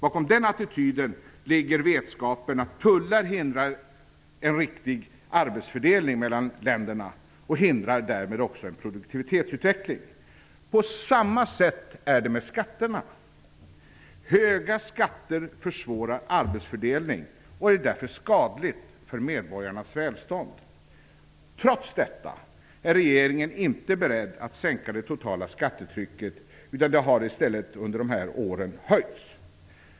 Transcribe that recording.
Bakom den attityden ligger vetskapen att tullar hindrar en riktig arbetsfördelning mellan olika länder och därmed också en produktivitetsutveckling. På samma sätt är det med skatterna. Höga skatter försvårar arbetsfördelning och är därför skadliga för medborgarnas välstånd. Trots detta är regeringen inte beredd att sänka det totala skattetrycket, utan detta har i stället höjts under de här åren.